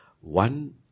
one